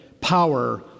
power